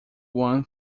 one